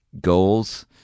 goals